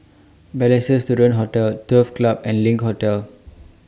Balestier Student Hostel Turf Club and LINK Hotel